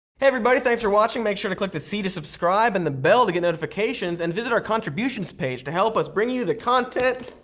everybody, thanks for watching make sure to click the c to subscribe and the bell to get notifications and visit our contribution page to help us bring you the content.